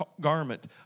garment